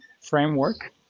framework